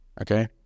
Okay